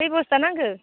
खै बस्था नांगो